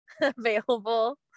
available